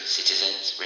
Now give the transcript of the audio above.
Citizens